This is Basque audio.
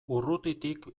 urrutitik